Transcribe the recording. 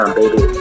baby